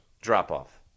Drop-off